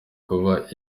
kuba